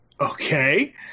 okay